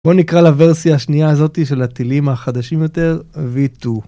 בואו נקרא לוורסיה השנייה הזאת של הטילים החדשים יותר v2